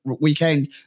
weekend